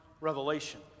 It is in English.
revelation